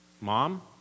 Mom